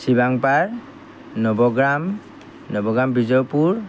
Chiwangpar Nawagram Nawagram Bijoypur